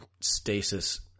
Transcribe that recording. stasis